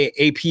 AP